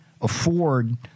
afford